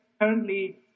currently